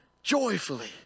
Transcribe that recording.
Joyfully